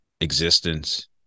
existence